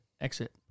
exit